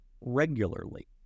regularly